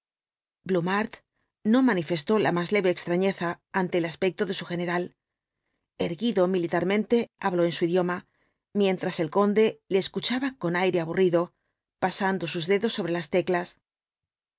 blumhardt no manifestó la más leve extrafieza ante el aspecto de su general erguido militarmente habló en su idioma mientras el conde le escuchaba con aire aburrido pasando sus dedos sobre las teclas